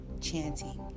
chanting